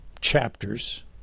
chapters